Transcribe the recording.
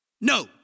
No